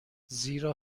زیرا